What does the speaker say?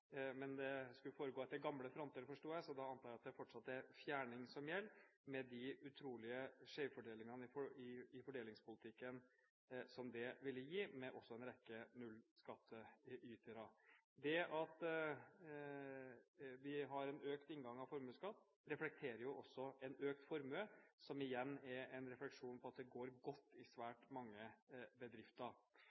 Det skulle foregå etter gamle fronter, forsto jeg, så da antar jeg at det fortsatt er fjerning som gjelder, med de utrolige skjevfordelingene i fordelingspolitikken som det ville gi, og også med en rekke nullskatteytere. Det at vi har en økt inngang av formuesskatt, reflekterer jo også en økt formue, som igjen er en refleksjon av at det går godt i svært mange bedrifter.